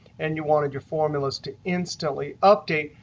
and you wanted your formulas to instantly update,